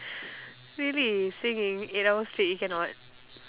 really singing eight hours straight you cannot